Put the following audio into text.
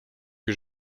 que